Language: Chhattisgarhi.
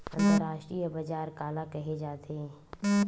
अंतरराष्ट्रीय बजार काला कहे जाथे?